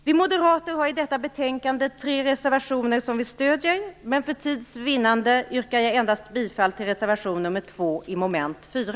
Vi moderater har i detta betänkande tre reservationer som vi stöder, men för tids vinnande yrkar jag bifall endast till reservation nr 2 under mom.